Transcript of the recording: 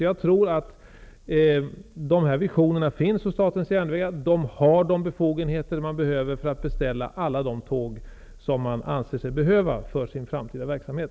Jag tror därför att visionerna finns hos Statens järnvägar. Verket har de befogenheter som man behöver för att beställa alla de tåg som man anser sig behöva för sin framtida verksamhet.